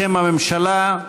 בשם הממשלה,